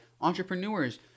entrepreneurs